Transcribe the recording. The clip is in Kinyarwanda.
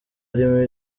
arimo